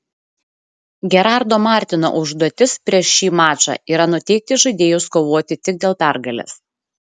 gerardo martino užduotis prieš šį mačą yra nuteikti žaidėjus kovoti tik dėl pergalės